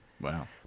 Wow